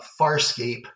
Farscape